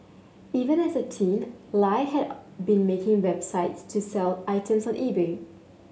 even as a teen Lie had been making websites to sell items on eBay